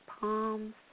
palms